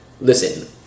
Listen